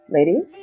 Ladies